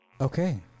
okay